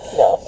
no